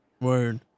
Word